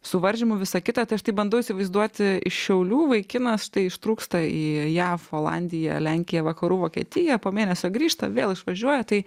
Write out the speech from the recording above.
suvaržymų visa kita tai aš taip bandau įsivaizduoti iš šiaulių vaikinas štai ištrūksta į jav olandiją lenkiją vakarų vokietiją po mėnesio grįžta vėl išvažiuoja tai